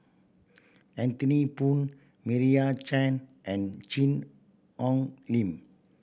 Anthony Poon Meira Chand and Cheang Hong Lim